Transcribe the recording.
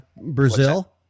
Brazil